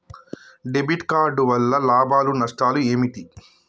Debit card వల్ల లాభాలు నష్టాలు ఏమిటి?